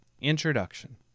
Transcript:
INTRODUCTION